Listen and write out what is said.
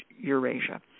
Eurasia